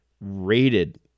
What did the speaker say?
rated